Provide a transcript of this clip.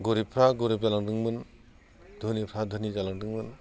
गोरिबफ्रा गोरिब जालांदोंमोन धोनिफ्रा धोनि जालांदोंमोन